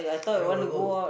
where wanna go